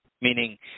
meaning